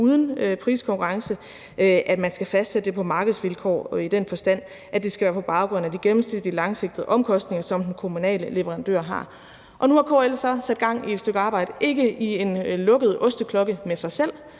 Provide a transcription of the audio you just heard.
uden priskonkurrence – skal fastsættes på markedsvilkår i den forstand, at det skal være på baggrund af de gennemsnitlige langsigtede omkostninger, som den kommunale leverandør har. For det andet har KL nu sat gang i et stykke arbejde, ikke i en lukket osteklokke med sig selv,